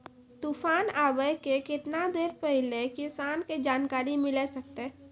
तूफान आबय के केतना देर पहिले किसान के जानकारी मिले सकते?